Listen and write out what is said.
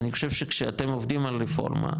אני חושב שכשאתם עובדים על רפורמה,